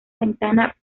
ventana